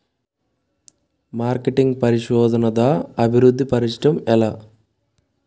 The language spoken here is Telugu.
మార్కెటింగ్ పరిశోధనదా అభివృద్ధి పరచడం ఎలా